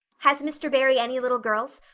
has mr. barry any little girls?